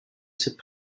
cette